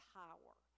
power